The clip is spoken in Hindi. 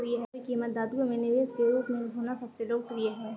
सभी कीमती धातुओं में निवेश के रूप में सोना सबसे लोकप्रिय है